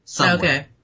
Okay